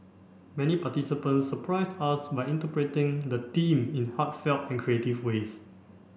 many participants surprised us by interpreting the theme in heartfelt and creative ways